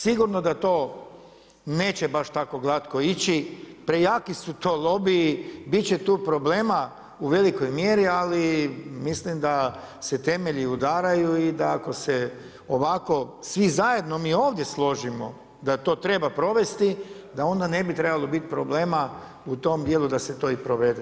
Sigurno da to neće baš tako glatko ići, prejaki su to lobiji, bit će tu problema u velikoj mjeri ali mislim da se temelji udaraju i da ako se ovako svi zajedno, mi ovdje složimo, da to treba provesti, da onda ne bi trebalo biti problema u tom dijelu da se to i provede.